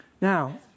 Now